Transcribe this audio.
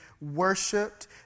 worshipped